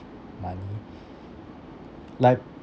money like